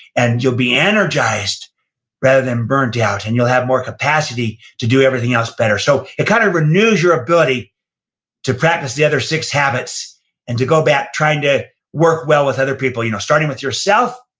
and you'll be energized rather than burned out, and you'll have more capacity to do everything else better so it kind of renews your ability to practice the other six habits and to go back trying to work well with other people, you know starting with yourself,